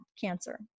cancer